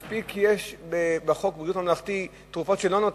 מספיק יש בחוק ביטוח בריאות ממלכתי תרופות שלא נותנים,